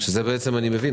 זה אני מבין,